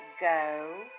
go